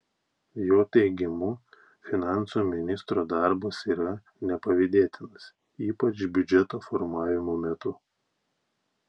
jo teigimu finansų ministro darbas yra nepavydėtinas ypač biudžeto formavimo metu